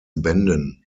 bänden